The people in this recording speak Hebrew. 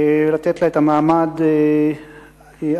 לתת לה את המעמד הראוי.